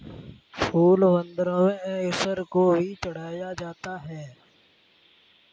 फूल मंदिरों में ईश्वर को भी चढ़ाया जाता है